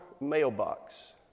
mailbox